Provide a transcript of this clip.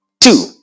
Two